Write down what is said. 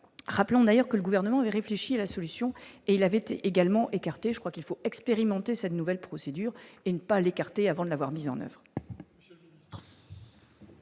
rappelons d'ailleurs que le gouvernement réfléchit à la solution et il avait été également écarté, je crois qu'il faut expérimenter cette nouvelle procédure et ne pas l'écarter avant de l'avoir mis en oeuvre.